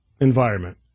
environment